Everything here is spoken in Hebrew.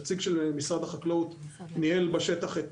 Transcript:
נציג של משרד החקלאות ניהל בשטח את